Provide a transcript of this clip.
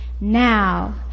now